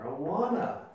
marijuana